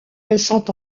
récent